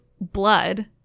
blood